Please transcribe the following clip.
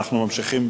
אנחנו ממשיכים.